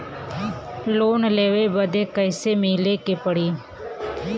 Loan लेवे बदी कैसे मिले के पड़ी?